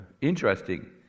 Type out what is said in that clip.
interesting